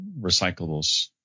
recyclables